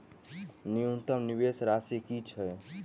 न्यूनतम निवेश राशि की छई?